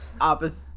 opposite